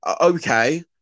okay